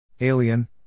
Alien